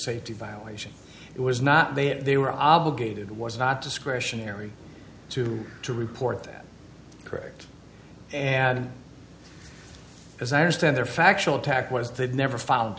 safety violation it was not they had they were obligated was not discretionary to to report that correct and as i understand their factual attack was they'd never found